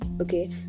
okay